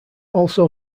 also